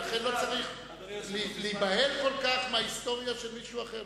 ולכן לא צריך להיבהל כל כך מההיסטוריה של מישהו אחר.